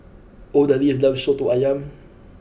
Odalis loves Soto Ayam